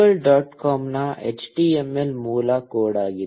com ನ HTML ಮೂಲ code ಆಗಿದೆ